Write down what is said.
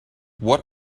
what